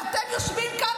ואתם יושבים כאן,